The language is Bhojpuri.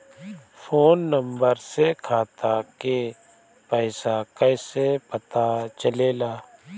फोन नंबर से खाता के पइसा कईसे पता चलेला?